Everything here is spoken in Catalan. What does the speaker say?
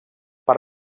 per